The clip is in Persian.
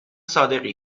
صادقی